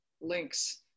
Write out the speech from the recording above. links